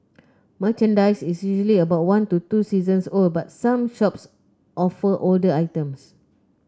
merchandise is usually about one to two seasons old but some shops offer older items